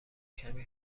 کمی